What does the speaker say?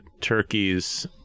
turkeys